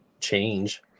change